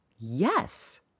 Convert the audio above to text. Yes